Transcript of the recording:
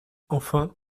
enfin